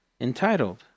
entitled